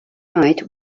eight